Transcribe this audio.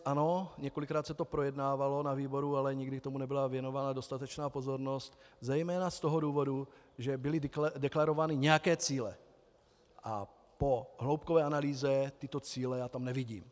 Ano, několikrát se to projednávalo na výboru, ale nikdy tomu nebyla věnována dostatečná pozornost, zejména z toho důvodu, že byly deklarovány nějaké cíle, a po hloubkové analýze tyto cíle já tam nevidím.